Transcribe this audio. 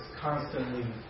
constantly